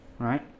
Right